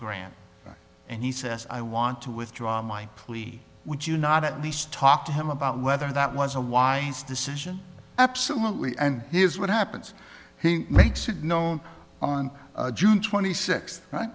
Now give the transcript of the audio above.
grant and he says i want to withdraw my plea would you not at least talk to him about whether that was a wise decision absolutely and here's what happens he makes it known on june twenty six